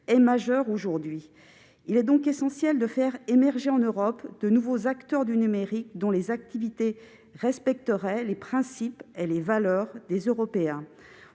est majeure aujourd'hui. Il est donc essentiel de faire émerger, en Europe, de nouveaux acteurs du numérique dont les activités respecteraient les principes et les valeurs des Européens.